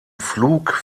flug